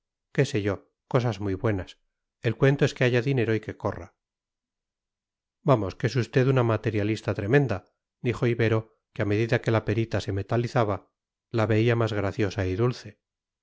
qué sé yo cosas muy buenas el cuento es que haya dinero y que corra vamos que es usted una materialista tremenda dijo ibero que a medida que la perita se metalizaba la veía más graciosa y dulce